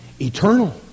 eternal